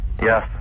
Yes